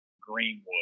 Greenwood